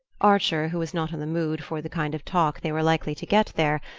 archer, who was not in the mood for the kind of talk they were likely to get there,